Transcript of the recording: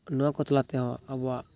ᱱᱚᱣᱟᱠᱚ ᱛᱟᱞᱟ ᱛᱮᱦᱚᱸ ᱟᱵᱚᱣᱟᱜ